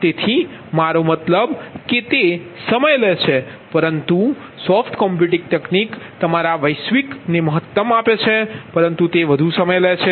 તેથી મારો મતલબ કે તે સમય લે છે પરંતુ સોફ્ટ કોમ્પ્યુટિંગ તકનીક તમારા વૈશ્વિકને મહત્તમ આપે છે પરંતુ તે વધુ સમય લે છે